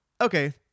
Okay